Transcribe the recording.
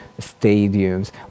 stadiums